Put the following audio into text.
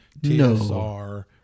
TSR